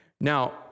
now